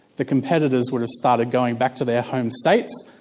the competitors would have started going back to their home states,